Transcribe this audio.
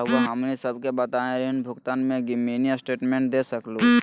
रहुआ हमनी सबके बताइं ऋण भुगतान में मिनी स्टेटमेंट दे सकेलू?